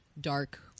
dark